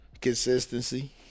Consistency